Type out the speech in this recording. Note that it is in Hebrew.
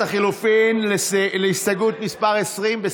הלחלופין להסתייגות מס' 20?